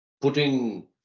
putting